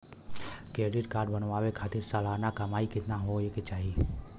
Credit card बनवावे खातिर सालाना कमाई कितना होए के चाही?